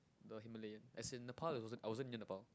the Himalayan as in the part I wasn't I wasn't about